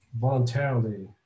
voluntarily